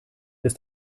ist